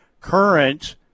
current